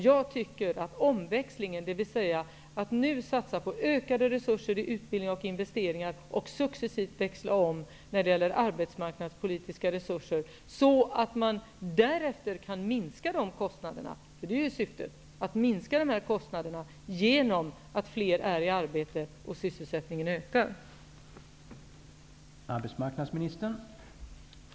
Jag anser att vi nu bör satsa ökade reurser på utbildning och investeringar och successivt växla om de arbetsmarknadspolitiska resurserna för att därefter kunna minska kostnaderna. Syftet är ju att minska dessa kostnader genom att sysselsättningen ökar och fler kommer i arbete.